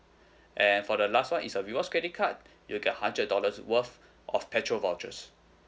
and for the last one is a rewards credit card you'll get hundred dollars worth of petrol vouchers